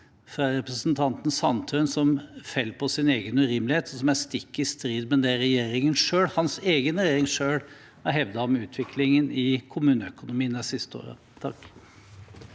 fra representanten Sandtrøen som faller på sin egen urimelighet, og som er stikk i strid med det regjeringen – hans egen regjering – selv har hevdet om utviklingen i kommuneøkonomien de siste årene.